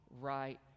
right